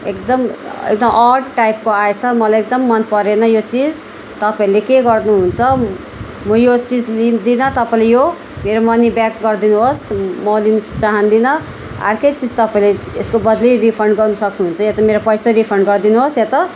एकदम एकदम अड टाइपको आएछ मलाई एकदम मन परेन यो चिज तपाईँले के गर्नुहुन्छ म यो चिज लिँदिन तपाईँले यो मेरो मनी ब्याक गरिदिनुहोस् म लिनु चाहदिँन अर्कै चिज तपाईँले यसको बद्लि रिफन्ड गर्नुसक्नुहुन्छ या त मेरो पैसा रिफन्ड गरिदिनुहोस् या त